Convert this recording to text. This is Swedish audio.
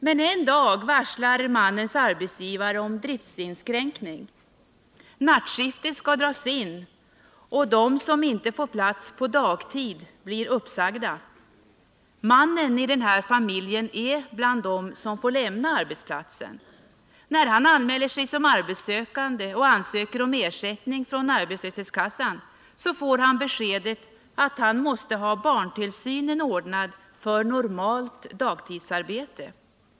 Men en dag varslar mannens arbetsgivare om driftsinskränkning. Nattskiftet skall dras in, och de som inte får plats på dagtid blir uppsagda. Mannen i den här familjen är bland dem som får lämna arbetsplatsen. När han anmäler sig som arbetssökande och ansöker om ersättning från arbetslöshetskassan, får han beskedet att han måste ha barntillsynen ordnad för normalt dagtidsarbete.